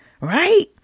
right